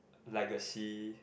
legacy